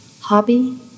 Hobby